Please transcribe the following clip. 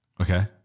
Okay